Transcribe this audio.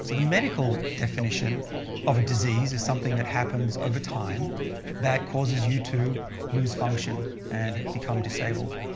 so the medical definition of a disease is something that happens over time that causes you to lose function and become disabled.